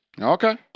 Okay